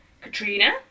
katrina